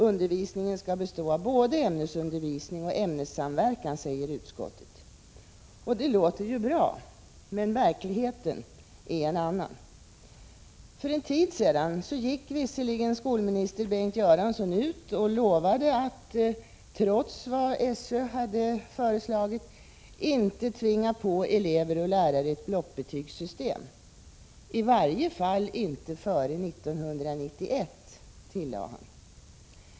Undervisningen skall bestå av både ämnesundervisning och ämnessamverkan, säger utskottsmajoriteten. Det låter ju bra. Men verkligheten är en annan. För en tid sedan gick visserligen skolminister Bengt Göransson ut och lovade — trots vad SÖ hade föreslagit — att inte tvinga på elever och lärare ett blockbetygssystem. I varje fall inte före 1991, tillade han.